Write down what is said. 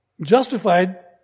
Justified